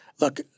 look